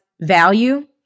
value